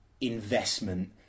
investment